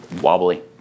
wobbly